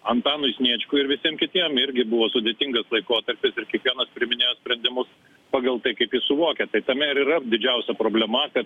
antanui sniečkui ir visiem kitiem irgi buvo sudėtingas laikotarpis ir kiekvienas priiminėjo sprendimus pagal tai kaip jis suvokia tai tame ir yra didžiausia problema apie